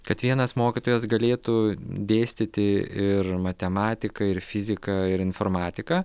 kad vienas mokytojas galėtų dėstyti ir matematiką ir fiziką ir informatiką